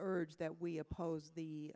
urge that we oppose the